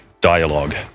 dialogue